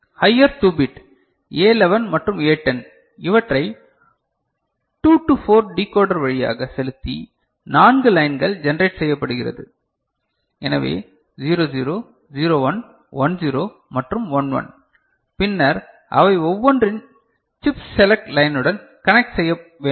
higher 2 bit A11 மற்றும் A10 இவற்றை 2 to 4 decoder வழியாக செலுத்தி 4 லைன்கள் ஜெனரேட் செய்யப்படுகிறது எனவே 00 01 10 மற்றும் 11 பின்னர் அவை ஒவ்வொன்றின் சிப் செலக்ட் லைனுடன் கனெக்ட் செய்ய வேண்டும்